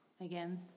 again